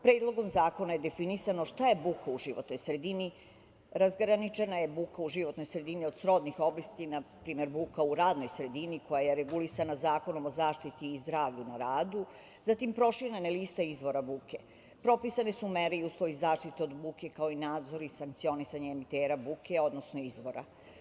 Predlogom zakona je definisano šta je buka u životnoj sredini, razgraničena je buka u životnoj sredini od srodnih obistina, na primer buka u radnoj sredini koja je regulisana Zakonom o zaštiti i zdravlju na radu, zatim proširena je lista izvora buka, propisane su mere i uslovi zaštite od buke, kao i nadzori sankcionisanja emitera buke, odnosno izvora.